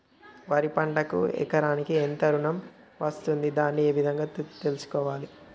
వరి పంటకు ఎకరాకు ఎంత వరకు ఋణం వస్తుంది దాన్ని ఏ విధంగా తెలుసుకోవాలి?